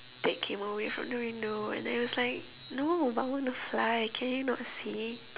take him away from the window and then he was like no but I want to fly can you not see